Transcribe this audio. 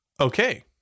Okay